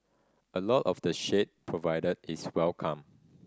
a lot of the shade provided is welcome